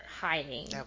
Hiding